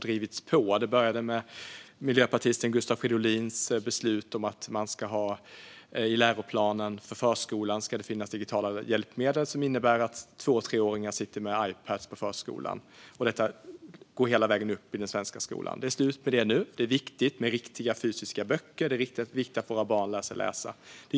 Det började med miljöpartisten Gustav Fridolins beslut om digitala läromedel i förskolans läroplan, vilket innebär att två och treåringar sitter med Ipadar på förskolan. Detta går sedan vidare hela vägen upp i den svenska skolan. Men det är slut med det nu. Det är viktigt med riktiga fysiska böcker, och det är viktigt att våra barn lär sig läsa.